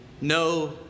No